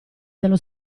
dello